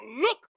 look